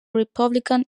republican